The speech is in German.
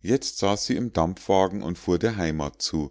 jetzt saß sie im dampfwagen und fuhr der heimat zu